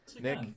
Nick